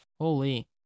Holy